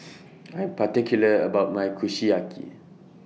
I Am particular about My Kushiyaki